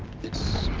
it's.